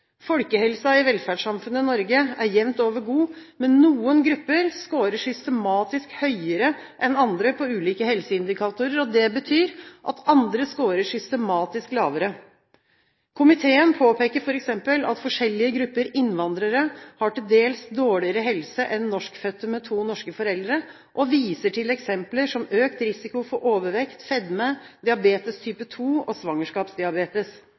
i velferdssamfunnet Norge er jevnt over god, men noen grupper skårer systematisk høyere enn andre på ulike helseindikatorer. Det betyr at andre skårer systematisk lavere. Komiteen påpeker f.eks. at forskjellige grupper innvandrere har til dels dårligere helse enn norskfødte med to norske foreldre, og viser til eksempler som økt risiko for overvekt, fedme, type 2-diabetes og